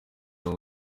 ngo